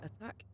attack